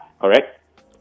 correct